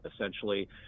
essentially